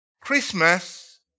Christmas